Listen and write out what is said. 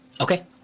Okay